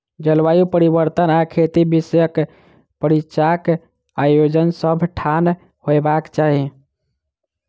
जलवायु परिवर्तन आ खेती विषयक परिचर्चाक आयोजन सभ ठाम होयबाक चाही